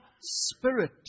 spirit